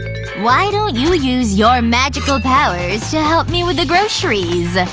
why don't you use your magical powers to help me with the groceries?